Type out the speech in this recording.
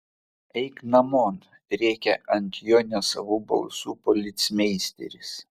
eik namon rėkia ant jo nesavu balsu policmeisteris